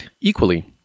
equally